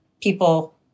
people